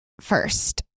first